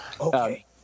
Okay